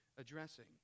addressing